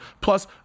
plus